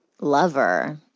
lover—